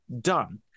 done